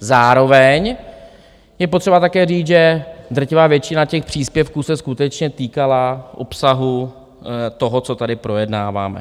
Zároveň je potřeba také říct, že drtivá většina příspěvků se skutečně týkala obsahu toho, co tady projednáváme.